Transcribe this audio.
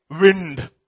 wind